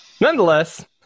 Nonetheless